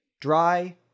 dry